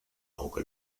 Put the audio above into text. auge